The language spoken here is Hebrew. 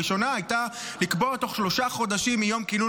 הראשונה הייתה לקבוע תוך שלושה חודשים מיום כינון